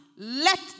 Let